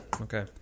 Okay